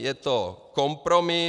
Je to kompromis.